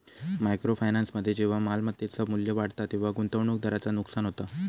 micro फायनान्समध्ये जेव्हा मालमत्तेचा मू्ल्य वाढता तेव्हा गुंतवणूकदाराचा नुकसान होता